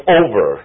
over